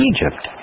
Egypt